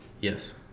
Yes